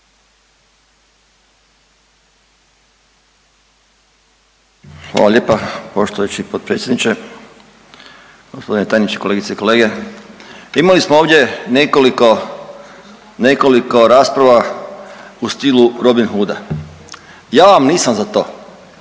Hvala lijepa poštujući potpredsjedniče. Gospodine tajniče, kolegice i kolege pa imali smo ovdje nekoliko, nekoliko rasprava u stilu Robin Hooda, ja vam nisam za to,